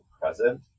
present